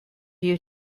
you